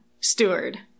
steward